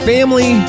Family